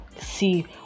see